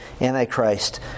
Antichrist